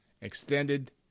extended